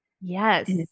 Yes